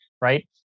right